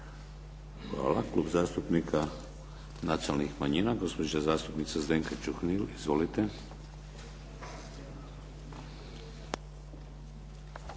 Hvala. Klub zastupnika nacionalnih manjina gospođa zastupnica Zdenka Čuhnil. Izvolite.